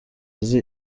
azi